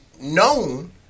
known